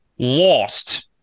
lost